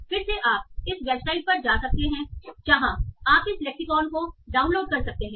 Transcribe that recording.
फिर से आप इस वेबसाइट पर जा सकते हैं जहाँ आप इस लेक्सिकॉन को डाउनलोड कर सकते हैं